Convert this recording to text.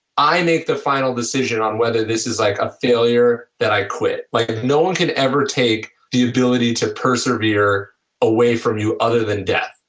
i make the final decision on whether this is like a failure that i quit. like no and can ever take the ability to preserve away from you other than death,